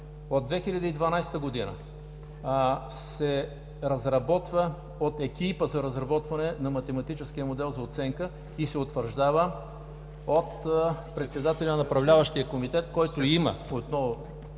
от 2012 г. се разработва от Екипа за разработване на математическия модел за оценка и се утвърждава от председателя на Направляващия комитет, който има, отново